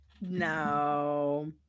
no